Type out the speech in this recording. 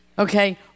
Okay